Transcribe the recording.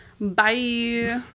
bye